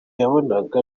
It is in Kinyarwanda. yabonaga